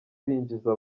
binjiza